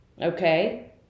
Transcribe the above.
Okay